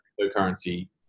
cryptocurrency